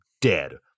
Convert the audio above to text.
dead